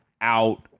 out